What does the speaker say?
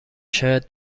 شاید